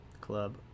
club